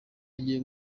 agiye